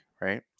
Right